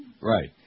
Right